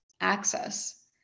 access